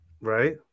right